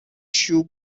shoe